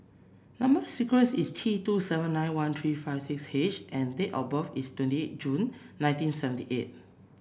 number sequence is T two seven nine one three five six H and date of birth is twenty eight June nineteen seventy eight